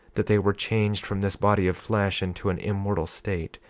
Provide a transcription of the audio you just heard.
that they were changed from this body of flesh into an immortal state,